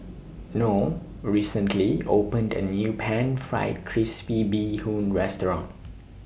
Noel recently opened A New Pan Fried Crispy Bee Hoon Restaurant